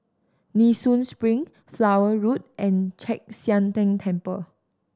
Nee Soon Spring Flower Road and Chek Sian Tng Temple